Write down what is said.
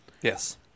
Yes